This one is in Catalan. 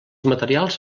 materials